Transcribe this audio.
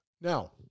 Now